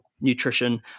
nutrition